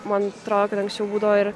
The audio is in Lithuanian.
man atrodo kad anksčiau būdavo ir